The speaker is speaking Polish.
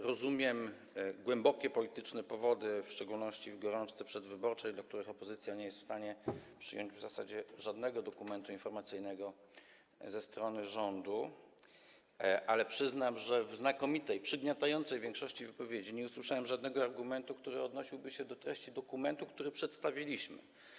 Rozumiem głębokie polityczne przesłanki, w szczególności w gorączce przedwyborczej, z powodu których opozycja nie jest w stanie przyjąć w zasadzie żadnego dokumentu informacyjnego ze strony rządu, ale przyznam, że w znakomitej, przygniatającej większości wypowiedzi nie usłyszałem żadnego argumentu, który odnosiłby się do treści dokumentu, który przedstawiliśmy.